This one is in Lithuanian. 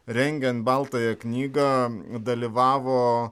rengiant baltąją knygą dalyvavo